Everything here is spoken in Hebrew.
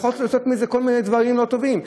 הוא יכול לעשות עם זה כל מיני דברים לא טובים.